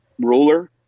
ruler